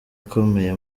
akomeye